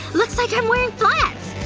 looks like i'm wearing flats!